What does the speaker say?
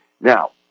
Now